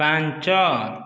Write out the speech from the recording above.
ପାଞ୍ଚ